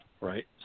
right